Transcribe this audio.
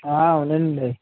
అవునండి